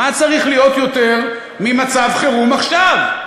מה צריך להיות יותר ממצב חירום עכשיו?